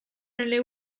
nelle